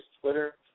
Twitter